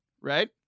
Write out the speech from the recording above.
right